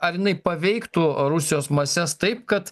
ar jinai paveiktų rusijos mases taip kad